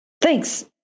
Thanks